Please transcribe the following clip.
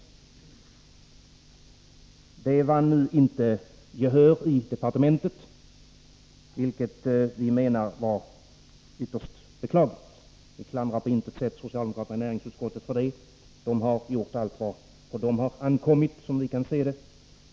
Men denna överenskommelse vann nu inte gehör i departementet, vilket vi menar var ytterst beklagligt. Jag klandrar på intet sätt socialdemokraterna i näringsutskottet för det. De har som vi ser det gjort allt vad på dem ankommit.